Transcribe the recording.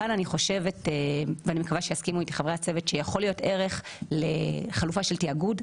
אני מקווה שיסכימו איתי חברי הצוות שיכול להיות ערך לחלופה של תיאגוד,